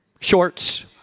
shorts